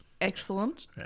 excellent